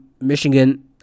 Michigan